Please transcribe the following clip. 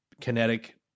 kinetic